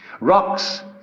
Rocks